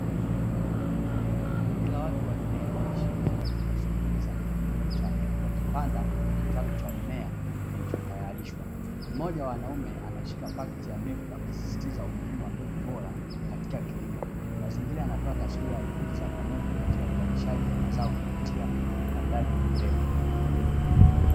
Kundi la watu wanne wakishiriki katika shughuli za kilimo cha mbegu, wakipanda kitalu cha mmea kilichotayarishwa, mmoja wa wanaume anashika paketi ya mbegu akisisitiza umuhimu wa mbegu bora katika kilimo, mazingira yanatoa taswira ya juhudi za pamoja katika uzalishaji wa mazao kuptia upandaji wa mbegu.